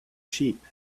sheep